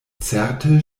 certe